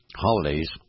holidays